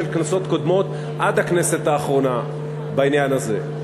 כנסות קודמות עד הכנסת האחרונה בעניין הזה.